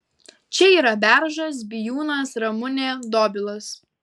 čia yra beržas bijūnas ramunė dobilas